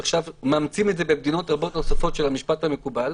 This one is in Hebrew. ועכשיו מאמצים את זה במדינות רבות נוספות של המשפט המקובל,